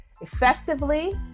effectively